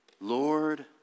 Lord